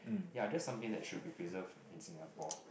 ya that's something that should be preserved in Singapore